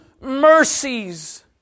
mercies